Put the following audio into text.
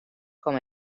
com